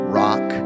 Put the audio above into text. rock